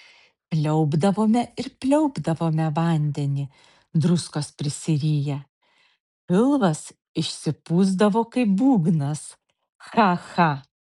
pliaupdavome ir pliaupdavome vandenį druskos prisiriję pilvas išsipūsdavo kaip būgnas cha cha